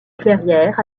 clairière